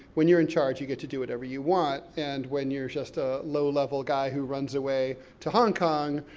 when you're in charge, you get to do whatever you want. and when you're just a low level guy who runs away to hong kong,